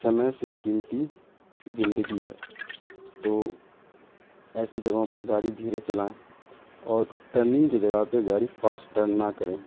سمے سے قیمتی زندگی ہے تو ایسی جگہوں پر گاڑی دھیرے چلائیں اور ٹرننگ کی جگہ پہ گاڑی فاسٹ ٹرن نہ کریں